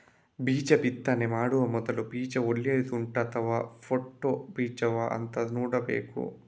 ಬೀಜ ಬಿತ್ತನೆ ಮಾಡುವ ಮೊದ್ಲು ಬೀಜ ಒಳ್ಳೆದು ಉಂಟಾ ಅಥವಾ ಅದು ಪೊಟ್ಟು ಬೀಜವಾ ಅಂತ ನೋಡ್ಬೇಕು